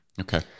Okay